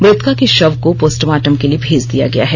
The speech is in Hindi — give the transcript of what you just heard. मृतका के शव को पोस्टमार्टम के लिए भेजा गया है